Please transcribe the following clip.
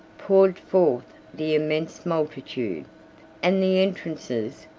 poured forth the immense multitude and the entrances,